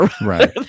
right